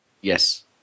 Yes